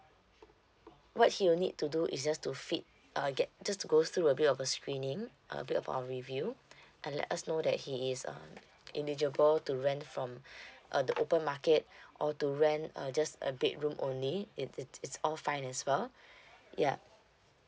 what he will need to do is just to fit uh get just to go through a bit of a screening uh a bit of our review and let us know that he is um eligible to rent from uh the open market or to rent uh just a bedroom only it it it's all fine as well yeah